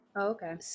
okay